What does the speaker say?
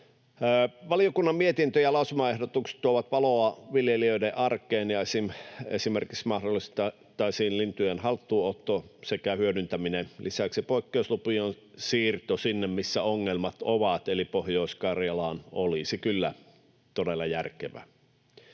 Valiokunnan mietintö ja lausumaehdotukset tuovat valoa viljelijöiden arkeen, kun esimerkiksi mahdollistettaisiin lintujen haltuunotto sekä hyödyntäminen. Lisäksi poikkeuslupien siirto sinne, missä ongelmat ovat, eli Pohjois-Karjalaan olisi kyllä todella järkevää.